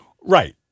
Right